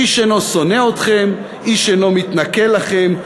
איש אינו שונא אתכם, איש אינו מתנכל לכם.